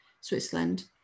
Switzerland